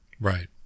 Right